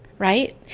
right